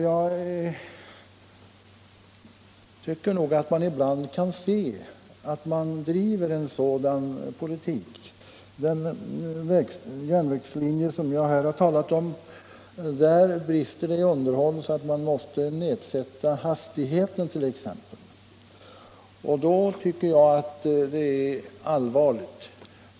Jag tycker att man ibland bedriver en sådan politik. På den järnvägslinje som jag här talat om brister det i underhåll så att tågens hastighet måste nedsättas t.ex. Det tycker jag är allvarligt.